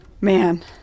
man